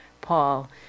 paul